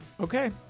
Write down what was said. Okay